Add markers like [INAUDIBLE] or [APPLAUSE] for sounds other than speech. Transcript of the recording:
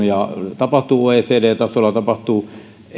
[UNINTELLIGIBLE] ja tapahtuu paljon oecd tasolla tapahtuu eu tasolla tapahtuu